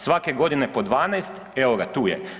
Svake godine po 12, evo ga, tu je.